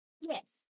Yes